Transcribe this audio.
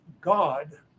God